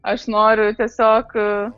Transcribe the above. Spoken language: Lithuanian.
aš noriu tiesiog